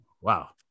Wow